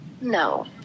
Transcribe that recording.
No